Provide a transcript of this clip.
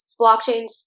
blockchains